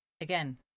Again